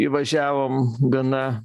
įvažiavom gana